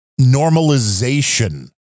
normalization